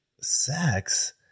sex